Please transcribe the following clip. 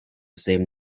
same